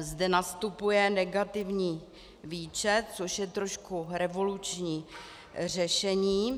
zde nastupuje negativní výčet, což je trošku revoluční řešení.